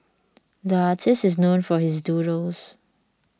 the artist is known for his doodles